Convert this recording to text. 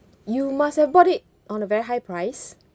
you must have bought it on a very high price